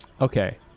Okay